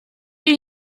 ihr